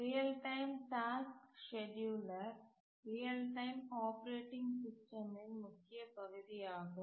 real time task scheduler real time operating சிஸ்டமின் முக்கிய பகுதியாகும்